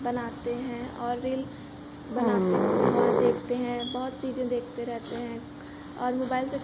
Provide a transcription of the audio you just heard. बनाते हैं और रील बनाते वह देखते हैं बहुत चीज़ें देखते रहते हैं और मोबाइल से